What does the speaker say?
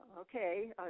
Okay